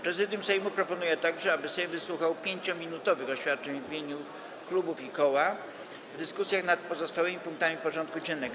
Prezydium Sejmu proponuje także, aby Sejm wysłuchał 5-minutowych oświadczeń w imieniu klubów i koła w dyskusjach nad pozostałymi punktami porządku dziennego.